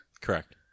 Correct